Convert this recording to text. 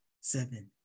Seven